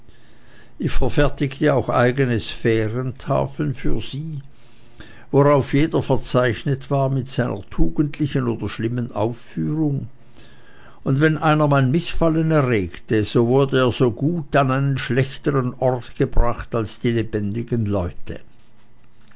ich verfertigte auch eigene sphärentafeln für sie worauf jeder verzeichnet war mit seiner tugendlichen oder schlimmen aufführung und wenn einer mein mißfallen erregte so wurde er so gut an einen schlechtern ort gebracht als die lebendigen leute